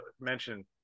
mention